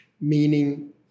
meaning